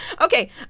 Okay